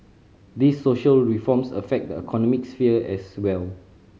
these social reforms affect the economic sphere as well